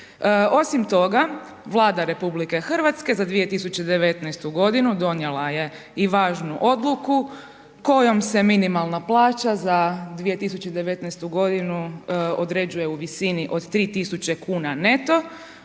Osim toga Vlada RH za 2019. godinu donijela je i važnu odluku kojom se minimalna plaća za 2019. određuje u visini od 3.000 kuna neto,